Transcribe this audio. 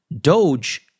Doge